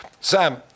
Sam